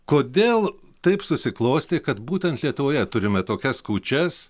kodėl taip susiklostė kad būtent lietuvoje turime tokias kūčias